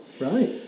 Right